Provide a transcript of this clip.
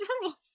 rules